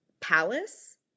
palace